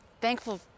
thankful